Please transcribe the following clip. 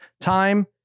time